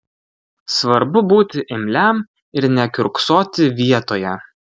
svarbu būti imliam ir nekiurksoti vietoje